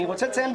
אני רוצה לציין,